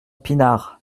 pinard